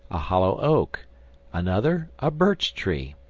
a hollow oak another, a birch-tree,